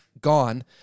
gone